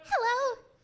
Hello